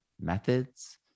methods